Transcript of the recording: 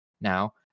now